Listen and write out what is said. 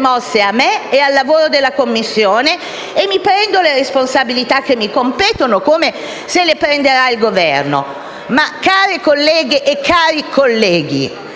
mosse a me e al lavoro della Commissione e mi prendo le responsabilità che mi competono, come se le prenderà il Governo. Però, care colleghe e cari colleghi,